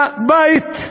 לבית.